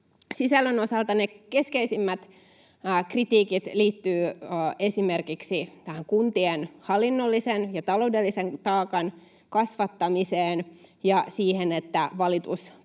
Sisällön osalta ne keskeisimmät kritiikit liittyvät esimerkiksi tähän kuntien hallinnollisen ja taloudellisen taakan kasvattamiseen ja siihen, että